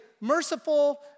merciful